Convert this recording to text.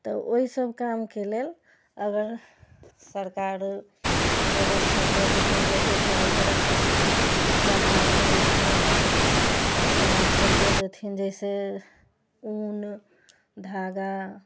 तऽ ओहि सभ कामके लेल अगर सरकार व्यवस्था कऽ देथिन जाहिसँ घरे घरे किछु कच्चा मालके रूपमे किछु समान सभ दऽ देथिन जैसे ऊन धागा